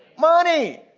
money.